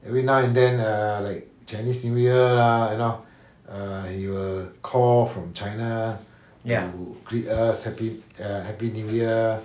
every now and then err like chinese new year lah you know err he will call from china to greet us happy ya happy new year